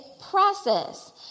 process